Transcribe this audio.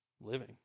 living